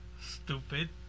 Stupid